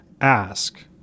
ask